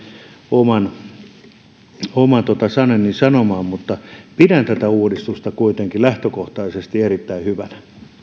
oman sanani sanomaan pidän tätä uudistusta kuitenkin lähtökohtaisesti erittäin hyvänä